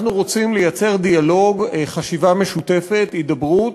אנחנו רוצים לייצר דיאלוג, חשיבה משותפת, הידברות,